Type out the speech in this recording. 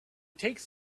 takes